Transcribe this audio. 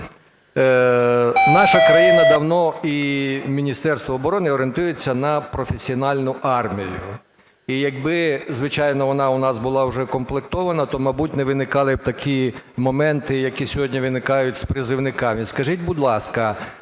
Наша країна давно, і Міністерство оборони, орієнтується на професіональну армію. І якби, звичайно, вона у нас була уже укомплектована, то, мабуть, не виникали б такі моменти, які сьогодні виникають з призовниками. Скажіть, будь ласка,